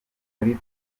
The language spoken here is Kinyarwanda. muri